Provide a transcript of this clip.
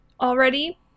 already